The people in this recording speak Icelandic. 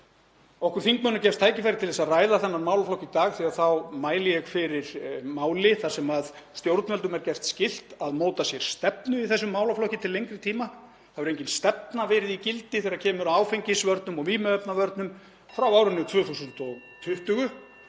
Okkur þingmönnum gefst tækifæri til að ræða þennan málaflokk í dag því þá mæli ég fyrir máli þar sem stjórnvöldum er gert skylt að móta sér stefnu í þessum málaflokki til lengri tíma. Það hefur engin stefna verið í gildi þegar kemur að áfengisvörnum og vímuefnavörnum frá árinu 2020.